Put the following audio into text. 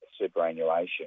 superannuation